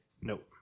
Nope